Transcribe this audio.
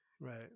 right